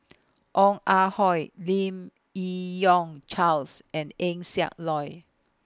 Ong Ah Hoi Lim Yi Yong Charles and Eng Siak Loy